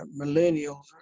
millennials